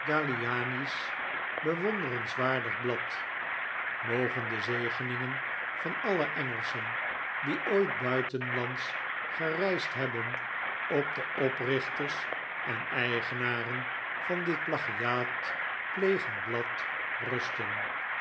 bewonderenswaardig blad mogen de zegeningen van alle engelschen die ooit buitenslands gereisd hebben op de oprichters en eigenaren van dit plagiaatplegend blad rusten